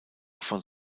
von